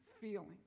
feeling